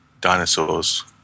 dinosaurs